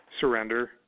surrender